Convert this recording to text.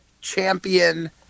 champion